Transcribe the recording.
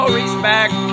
respect